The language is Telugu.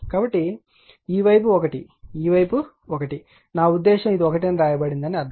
కాబట్టి ఈ వైపు 1 ఈ వైపు 1 నా ఉద్దేశ్యం ఇది 1 అని వ్రాయబడిందని అర్థం